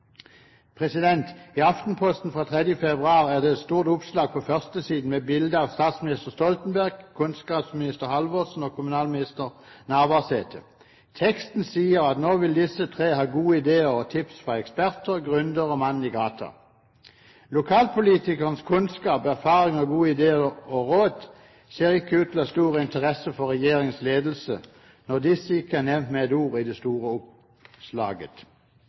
I Aftenposten fra 3. februar er det et stort oppslag på førstesiden med bilde av statsminister Stoltenberg, kunnskapsminister Halvorsen og kommunalminister Navarsete. Teksten sier at nå vil disse tre ha gode ideer og tips fra eksperter, gründere og mannen i gata. Lokalpolitikernes kunnskaper, erfaring og gode ideer og råd ser ikke ut til å ha stor interesse for regjeringens ledelse når disse ikke er nevnt med et ord i det store oppslaget.